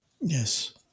Yes